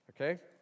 Okay